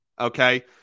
Okay